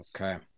Okay